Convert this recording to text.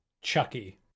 Chucky